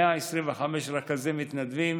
125 רכזי מתנדבים